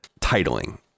titling